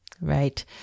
right